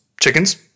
Chickens